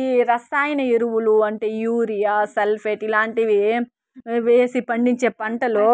ఈ రసాయన ఎరువులు అంటే యూరియా సల్ఫేట్ ఇలాంటివి వేసి పండించే పంటలు